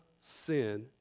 sin